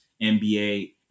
NBA